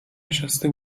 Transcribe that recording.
نشسته